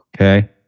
Okay